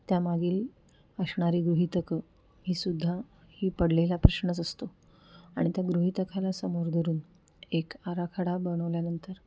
त्यामागील असणारी गृहितकं हीसुद्धा ही पडलेला प्रश्नच असतो आणि त्या गृहितकाला समोर धरून एक आराखडा बनवल्यानंतर